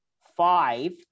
five